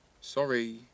Sorry